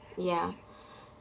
ya